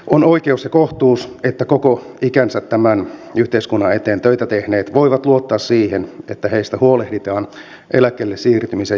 on oikeus ja kohtuus että koko ikänsä tämän yhteiskunnan eteen töitä tehneet voivat luottaa siihen että heistä huolehditaan eläkkeelle siirtymisen jälkeen